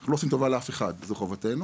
אנחנו לא עושים טובה לאף אחד זו חובתנו.